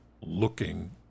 looking